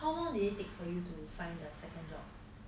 how long did it take for you to find the second job